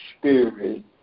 Spirit